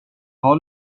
har